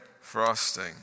frosting